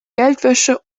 geldwäsche